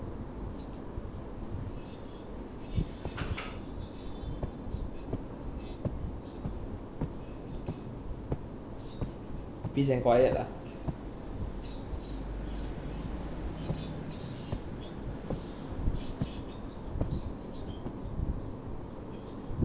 peace and quiet lah